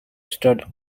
stood